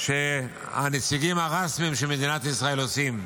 שהנציגים הרשמיים של מדינת ישראל עושים.